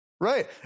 Right